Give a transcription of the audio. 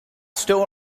still